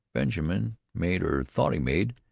benjamin made, or thought he made,